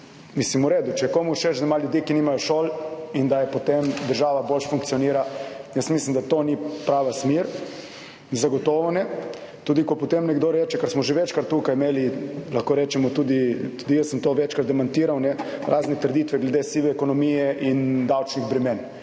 mislim, v redu, če je komu všeč, da ima ljudi, ki nimajo šol in da je potem država bolj funkcionira, jaz mislim, da to ni prava smer, zagotovo ne. Tudi ko potem nekdo reče, ker smo že večkrat tukaj imeli, lahko rečemo tudi jaz sem to večkrat demantiral, razne trditve glede sive ekonomije in davčnih bremen,